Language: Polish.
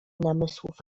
namysłów